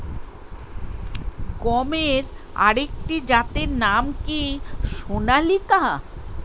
গমের আরেকটি জাতের নাম কি সোনালিকা?